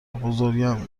بزرگم